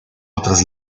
otras